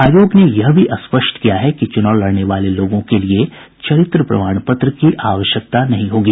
आयोग ने यह स्पष्ट किया है कि चुनाव लड़ने वाले लोगों के लिए चरित्र प्रमाण पत्र की आवश्यकता भी नहीं होगी